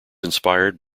inspired